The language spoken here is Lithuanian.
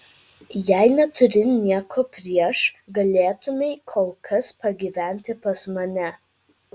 jei neturi nieko prieš galėtumei kol kas pagyventi pas mane